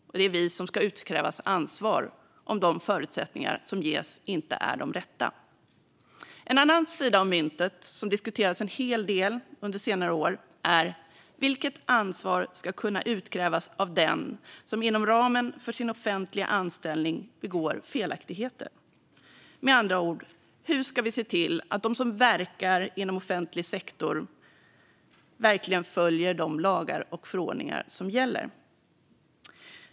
Och det är vi som ska utkrävas ansvar om förutsättningarna som ges inte är de rätta. En annan sida av myntet, som diskuterats en hel del under senare år, är vilket ansvar som ska kunna utkrävas av den som inom ramen för sin offentliga anställning begår felaktigheter. Med andra ord: Hur ska vi se till att alla de som verkar inom offentlig sektor verkligen följer de lagar och förordningar som gäller?